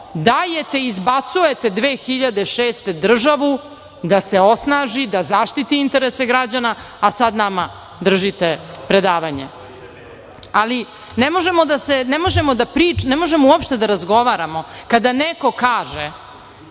dajete i izbacujete 2006. godine državu, da se osnaži, da zaštiti interese građana, a sad nama držite predavanje. Ali, ne možemo uopšte da razgovaramo kada neko kaže